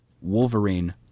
Wolverine